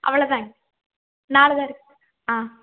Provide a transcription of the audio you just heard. அவளதாங்க நாலு தான் இருக்கு ஆ